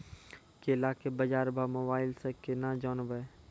केला के बाजार भाव मोबाइल से के ना जान ब?